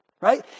right